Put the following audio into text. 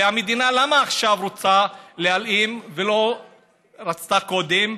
ולמה המדינה רוצה להלאים עכשיו ולא רצתה קודם?